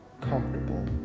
comfortable